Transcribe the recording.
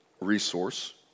resource